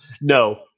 No